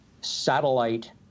satellite